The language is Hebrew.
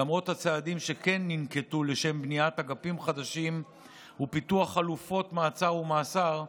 למרות הצעדים שננקטו לשם בניית אגפים חדשים ופיתוח חלופות מעצר ומאסר,